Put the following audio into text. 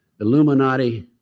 Illuminati